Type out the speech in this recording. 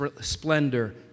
splendor